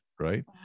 right